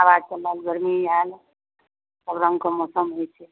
हवा चलल गरमी आएल सब रङ्ग कऽ मौसम होइत छै